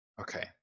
okay